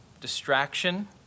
distraction